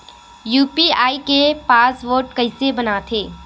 UPI के password कइसे बनाथे?